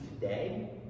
today